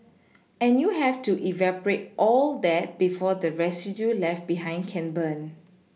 and you have to evaporate all that before the residue left behind can burn